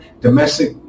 domestic